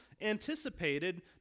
anticipated